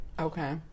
Okay